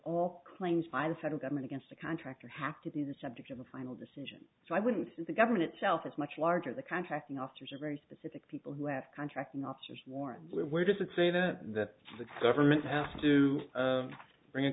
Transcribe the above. all claims by the federal government against a contractor have to be the subject of a final decision so i wouldn't say the government itself is much larger the contracting officers are very specific people who have contracting officers warrant where does it say that that the government has to bring a